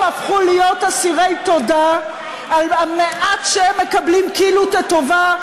הם הפכו להיות אסירי תודה על המעט שהם מקבלים כאילו כטובה,